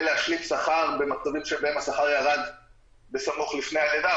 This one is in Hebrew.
להשלים שכר במצבים שבהם השכר ירד בסמוך לפני הלידה.